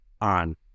on